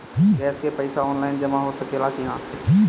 Gas के पइसा online जमा हो सकेला की?